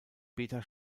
beta